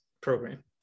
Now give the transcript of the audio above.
program